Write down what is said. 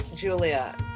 Julia